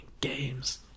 games